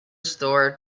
store